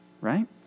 right